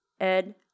Ed